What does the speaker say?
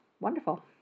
wonderful